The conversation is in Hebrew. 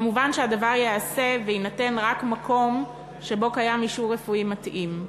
מובן שהדבר ייעשה ויינתן רק מקום שבו קיים אישור רפואי מתאים.